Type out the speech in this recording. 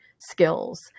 skills